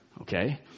Okay